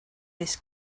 this